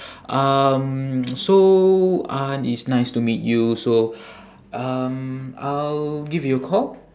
um so uh it's nice to meet you so um I'll give you a call